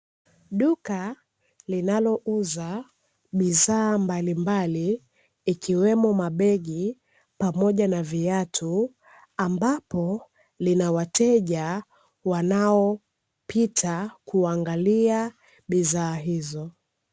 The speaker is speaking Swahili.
Duka linalouza bidhaa mbalimbali ikiwemo mabegi pamoja na viatu, ambapo linawateja wanaopita kuangalia bidhaa hizo.